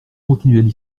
continuaient